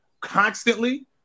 constantly